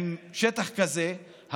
עם שטח כזה,